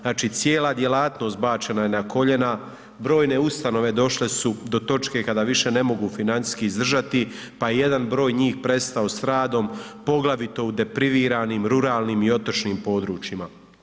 Znači cijela djelatnost bačena je na koljena, brojne ustanove došle su do točke kada više ne mogu financijski izdržati pa je jedan broj njih prestao s radom poglavito u depriviranim, ruralnim i otočnim područjima.